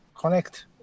...connect